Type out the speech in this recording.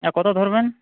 হ্যাঁ কত ধরবেন